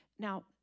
Now